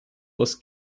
was